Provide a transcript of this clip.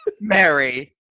Mary